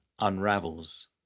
unravels